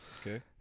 Okay